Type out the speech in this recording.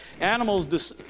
animals